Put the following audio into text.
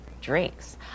Drinks